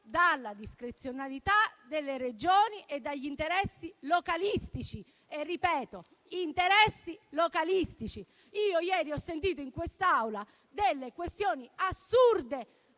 dalla discrezionalità delle Regioni e dagli interessi localistici e ripeto interessi localistici. Ieri ho sentito in quest'Aula delle questioni assurde